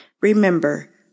Remember